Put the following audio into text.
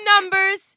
numbers